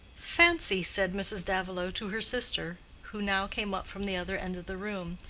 fancy! said mrs. davilow to her sister who now came up from the other end of the room.